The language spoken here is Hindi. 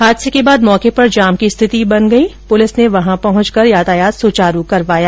हादसे के बाद मौके पर जाम की स्थिति बन गयी पुलिस ने वहां पहुंचकर यातायात सुचारू करवाया